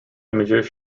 images